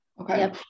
Okay